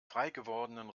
freigewordenen